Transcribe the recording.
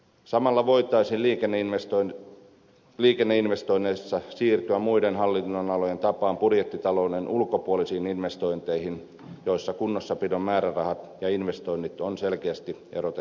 samalla voitaisiin liikenneinvestoinneissa siirtyä muiden hallinnonalojen tapaan budjettitalouden ulkopuolisiin investointeihin joissa kunnossapidon määrärahat ja investoinnit on selkeästi erotettu toisistaan